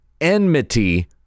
enmity